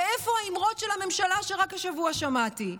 ואיפה האמרות של הממשלה, שרק השבוע שמעתי?